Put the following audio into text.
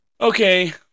Okay